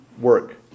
work